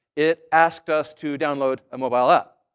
it asked us to download a mobile app.